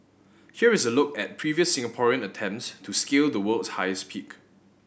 here is a look at previous Singaporean attempts to scale the world's highest peak